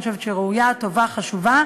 אני חושבת שהיא ראויה, טובה, חשובה,